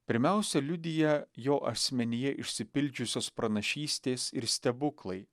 pirmiausia liudija jo asmenyje išsipildžiusios pranašystės ir stebuklai